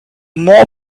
more